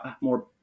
more